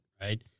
right